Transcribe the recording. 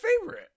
favorite